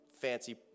fancy